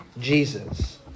Jesus